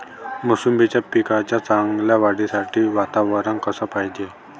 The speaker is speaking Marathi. मोसंबीच्या पिकाच्या चांगल्या वाढीसाठी वातावरन कस पायजे?